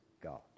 God